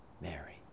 Mary